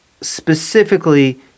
specifically